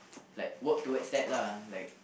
like work towards that lah like